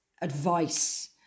advice